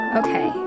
okay